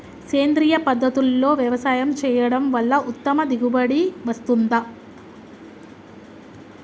సేంద్రీయ పద్ధతుల్లో వ్యవసాయం చేయడం వల్ల ఉత్తమ దిగుబడి వస్తుందా?